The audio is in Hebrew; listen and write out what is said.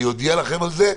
אני אודיע לכם על כך.